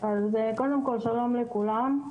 שלום לכולם,